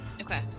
okay